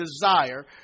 desire